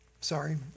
Sorry